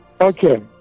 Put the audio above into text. Okay